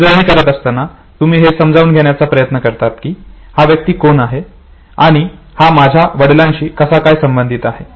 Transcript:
ही उजळणी करत असताना तुम्ही हे समजून घेण्याचा प्रयत्न करतात की हा व्यक्ती कोण आहे आणि हा माझ्या वडिलांशी कसा काय संबंधीत आहे